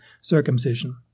circumcision